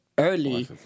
early